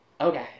Okay